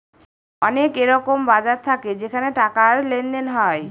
অনেক এরকম বাজার থাকে যেখানে টাকার লেনদেন হয়